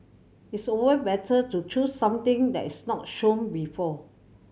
it's always better to choose something that is not shown before